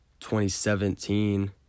2017